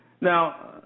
now